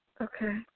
Okay